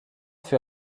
fut